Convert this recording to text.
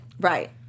Right